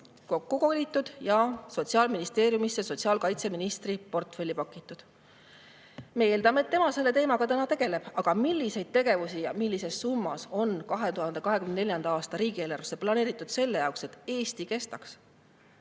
kokku kolitud ja Sotsiaalministeeriumisse sotsiaalkaitseministri portfelli pakitud – me eeldame, et tema selle teemaga tegeleb. Aga milliseid tegevusi ja millises summas on 2024. aasta riigieelarvesse planeeritud selle jaoks, et Eesti kestaks?